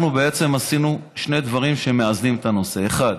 אנחנו בעצם עשינו שני דברים שמאזנים את הנושא: אחד,